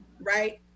right